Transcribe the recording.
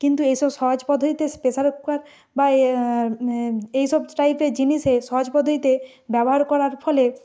কিন্তু এই সব সহজ পদ্ধতিতে প্রেসার কুকার বা এ এই সব টাইপের জিনিসে সহজ পদ্ধতিতে ব্যবহার করার ফলে